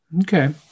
Okay